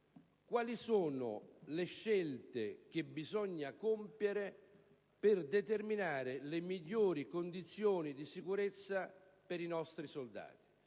quali sono le scelte che bisogna compiere per determinare le migliori condizioni di sicurezza per i nostri soldati?